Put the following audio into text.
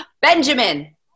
Benjamin